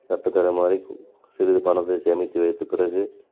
தட்டு தடுமாறி சிறிது பணத்தை சேமித்து வைத்து பிறகு